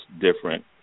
different